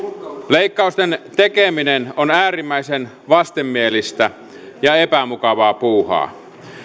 leikkausten tekeminen on äärimmäisen vastenmielistä ja epämukavaa puuhaa